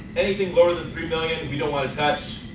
anything lower than three million, we don't want to touch.